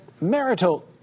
marital